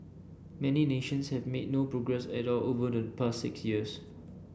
many nations have made no progress at all over the past six years